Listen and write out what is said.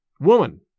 Woman